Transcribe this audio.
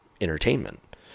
entertainment